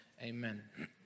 Amen